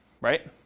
right